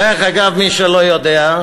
דרך אגב, למי שלא יודע,